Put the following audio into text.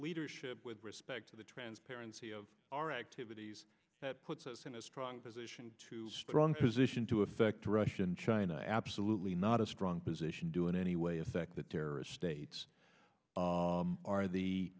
leadership with respect to the transparency of our activities puts us in a strong position to strong position to affect russia and china absolutely not a strong position do in any way affect the terrorist states are the